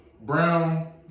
Brown